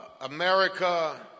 America